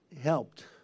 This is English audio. helped